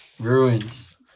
Ruins